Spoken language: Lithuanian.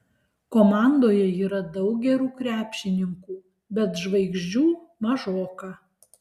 komandoje yra daug gerų krepšininkų bet žvaigždžių mažoka